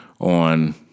on